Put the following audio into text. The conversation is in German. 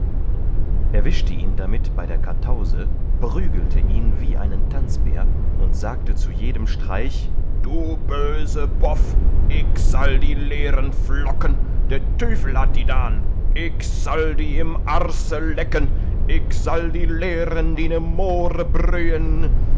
fahr erwischte ihn darmit bei der kartause brügelte ihn wie einen tanzbär und sagte zu jedem streich du böse bof ick sall di leeren flocken de tüfel hat di dan ick sal di im arse lecken ick sal di leeren dine